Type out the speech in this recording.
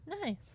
Nice